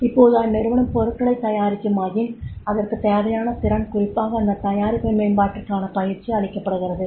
இப்போது அந்நிறுவனம் பொருட்களைத் தயாரிக்குமாயின் அதற்குத் தேவையான திறன் குறிப்பாக அந்த தயாரிப்பு மேம்பாட்டிற்கான பயிற்சி அளிக்கப்படுகிறது